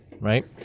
Right